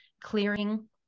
clearing